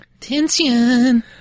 Tension